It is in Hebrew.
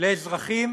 לאזרחים